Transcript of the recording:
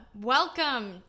welcome